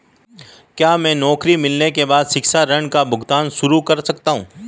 क्या मैं नौकरी मिलने के बाद शिक्षा ऋण का भुगतान शुरू कर सकता हूँ?